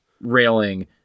railing